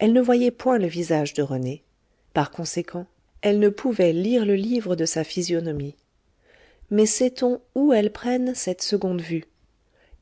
elle ne voyait point le visage de rené par conséquent elle ne pouvait lire le livre de sa physionomie mais sait-on où elles prennent cette seconde vue